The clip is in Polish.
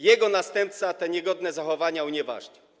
Jego następca te niegodne zachowania unieważnił.